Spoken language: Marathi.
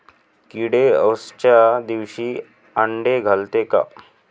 किडे अवसच्या दिवशी आंडे घालते का?